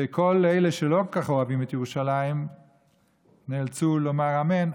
וכל אלה שלא כל כך אוהבים את ירושלים נאלצו לומר אמן.